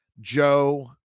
Joe